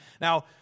now